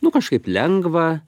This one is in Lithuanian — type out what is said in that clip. nu kažkaip lengva